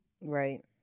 Right